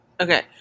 Okay